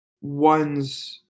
one's